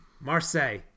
Marseille